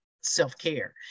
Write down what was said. self-care